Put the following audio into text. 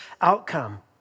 outcome